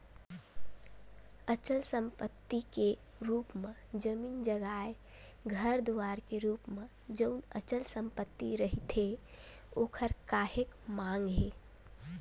अचल संपत्ति के रुप म जमीन जघाए घर दुवार के रुप म जउन अचल संपत्ति रहिथे ओखर काहेक मांग हे